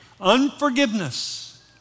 Unforgiveness